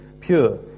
pure